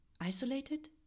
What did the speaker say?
isolated